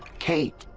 kate,